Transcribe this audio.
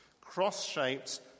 Cross-shaped